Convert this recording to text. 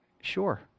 Sure